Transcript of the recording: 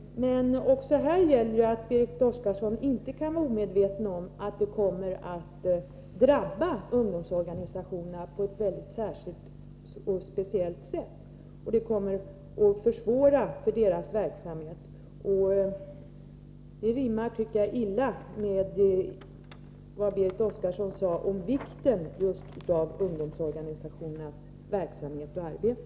Även här gäller att Berit Oscarsson inte kan vara omedveten om att ungdomsorganisationerna kommer att drabbas på ett speciellt sätt. Deras verksamhet kommer att försvåras. Det rimmar illa med vad Berit Oscarsson sade om vikten just av ungdomsorganisationernas verksamhet och arbete.